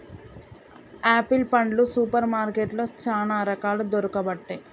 apple పండ్లు super మార్కెట్లో చానా రకాలు దొరుకబట్టె